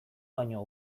baino